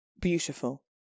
beautiful